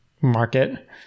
market